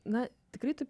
na tikrai taip